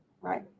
right